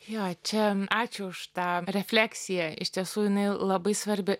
jo čia ačiū už tą refleksiją iš tiesų jinai labai svarbi